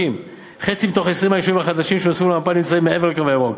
90. חצי מ-20 היישובים החדשים שהוספו למפה נמצאים מעבר לקו הירוק.